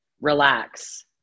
Relax